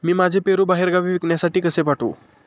मी माझे पेरू बाहेरगावी विकण्यासाठी कसे पाठवू?